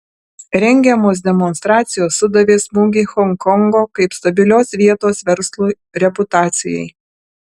rengiamos demonstracijos sudavė smūgį honkongo kaip stabilios vietos verslui reputacijai